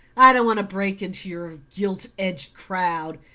i don't want to break into your gilt-edged crowd,